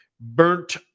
burnt